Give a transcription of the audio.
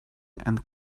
and